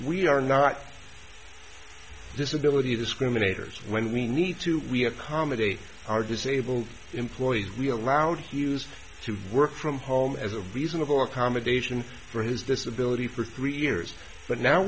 we are not disability discriminators when we need to we accommodate our disabled employees we allowed he used to work from home as a reasonable accommodation for his disability for three years but now